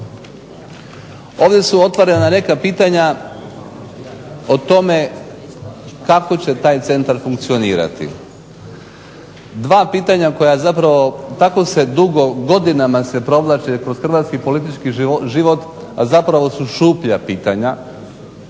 Ovdje su otvorena neka pitanja o tome kako će taj centar funkcionirati. Dva pitanja koja se dugo provlače kroz hrvatski politički život, a zapravo su šuplja pitanja.